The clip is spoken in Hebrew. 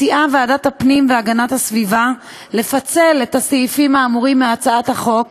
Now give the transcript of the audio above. מציעה ועדת הפנים והגנת הסביבה לפצל את הסעיפים האמורים מהצעת החוק,